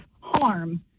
harm